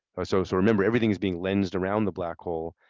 ah so so remember, everything's being lens around the black hole,